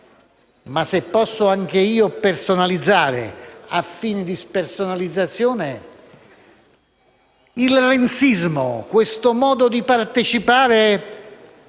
ma se posso anch'io personalizzare a fini di spersonalizzazione, anche il renzismo - questo modo di partecipare